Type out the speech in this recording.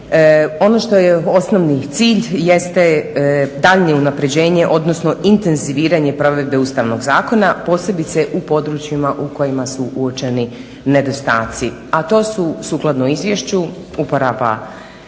Ono što je osnovni cilj jeste daljnje unapređenje, odnosno intenziviranje provedbe Ustavnog zakona, posebice u područjima u kojima su uočeni nedostaci. A to su, sukladno izvješću uporaba pisma